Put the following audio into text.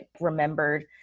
remembered